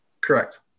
Correct